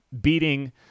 beating